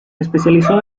especializó